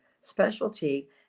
specialty